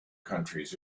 countries